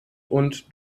und